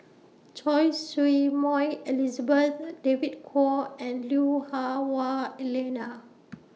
Choy Su Moi Elizabeth David Kwo and Lui Hah Wah Elena